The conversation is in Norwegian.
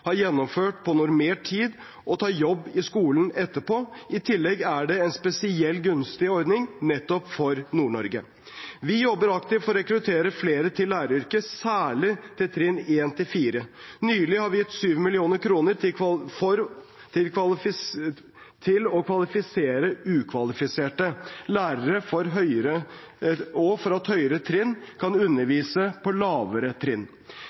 gjennomført på normert tid og ta jobb i skolen etterpå. I tillegg er det en spesielt gunstig ordning nettopp for Nord-Norge. Vi jobber aktivt for å rekruttere flere til læreryrket, særlig til trinn 1–4. Nylig har vi gitt 7 mill. kr til å kvalifisere ukvalifiserte lærere og for at lærere for høyere trinn kan undervise på lavere trinn.